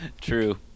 True